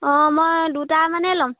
অঁ মই দুটামানেই ল'ম